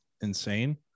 insane